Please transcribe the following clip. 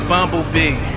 Bumblebee